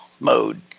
mode